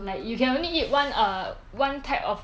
like you can only eat one err one type of